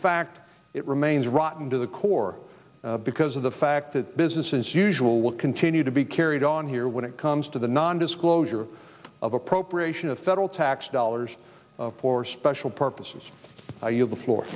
fact it remains rotten to the core because of the fact that business as usual will continue to be carried on here when it comes to the non disclosure of appropriation of federal tax dollars for special purposes you before